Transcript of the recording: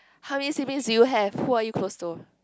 how many siblings do you have who are you close to